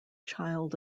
child